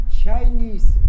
Chinese